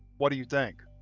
what do you think?